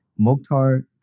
Mokhtar